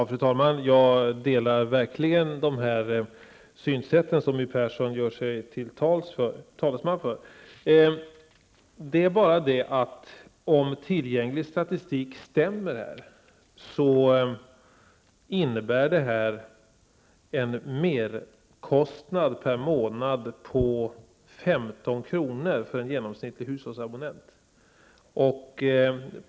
Fru talman! Jag delar verkligen det synsätt som My Persson gör sig till talesman för. Om tillgänglig statistik stämmer, innebär detta en merkostnad per månad på 15 kr. för en genomsnittlig hushållsabonnent.